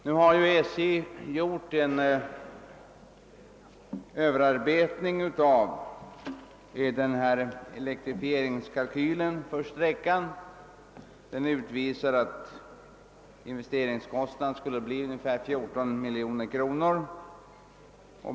SJ har nu gjort en överarbetning av elektrifieringskalkylen för sträckan, och den visar att investeringskostnaderna skulle bli ungefär 14 miljoner kronor.